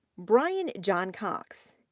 brian johncox,